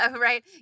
right